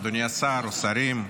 אדוני השר, השרים,